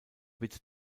wird